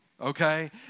Okay